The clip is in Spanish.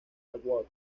award